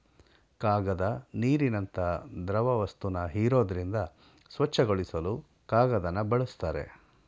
ಕಾಗದ ನೀರಿನಂತ ದ್ರವವಸ್ತುನ ಹೀರೋದ್ರಿಂದ ಸ್ವಚ್ಛಗೊಳಿಸಲು ಕಾಗದನ ಬಳುಸ್ತಾರೆ